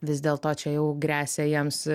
vis dėlto čia jau gresia jiems